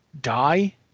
die